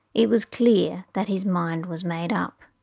it was clear that his mind was made up.